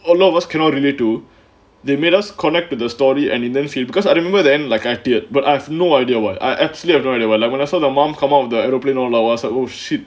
a lot of us cannot relate to the amid us connected the story and intense because I remember then like it it but I've no idea what I actually I don't really where like when I saw the mom come up with the aeroplane or allow us like oh shit